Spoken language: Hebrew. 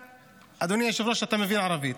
אדוני היושב-ראש, אתה מבין ערבית,